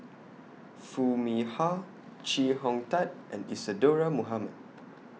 Foo Mee Har Chee Hong Tat and Isadhora Mohamed